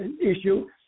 issue